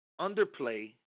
underplay